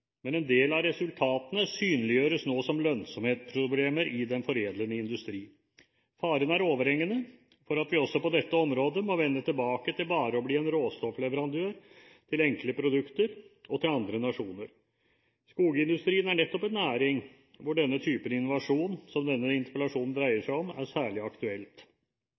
men en del av resultatene synliggjøres nå som lønnsomhetsproblemer i den foredlende industri. Faren er overhengende for at vi også på dette området må vende tilbake til bare å bli en råstoffleverandør til enkle produkter og til andre nasjoner. Skogindustrien er nettopp en næring hvor denne typen innovasjon, som denne interpellasjonen dreier seg om, er særlig